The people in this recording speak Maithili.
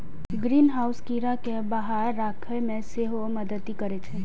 ग्रीनहाउस कीड़ा कें बाहर राखै मे सेहो मदति करै छै